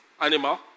animal